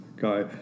guy